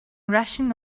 rushing